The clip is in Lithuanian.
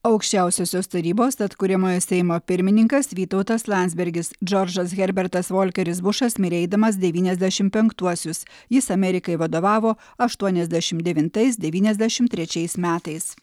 aukščiausiosios tarybos atkuriamojo seimo pirmininkas vytautas landsbergis džordžas herbertas volkeris bušas mirė eidamas devyniasdešimt penktuosius jis amerikai vadovavo aštuoniasdešimt devintais devyniasdešimt trečiais metais